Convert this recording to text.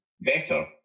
better